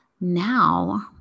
Now